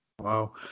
Wow